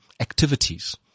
activities